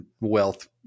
wealth